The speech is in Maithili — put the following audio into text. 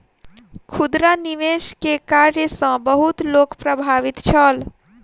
खुदरा निवेश के कार्य सॅ बहुत लोक प्रभावित छल